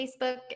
facebook